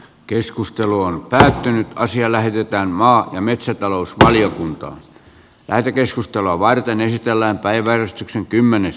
keskustelu on päättynyt ja asia lähetetään maa ja metsätalousvaliokunta lähetekeskustelua varten esitellään kiitos kannatuksesta